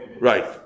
Right